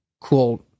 cool